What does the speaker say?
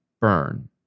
burn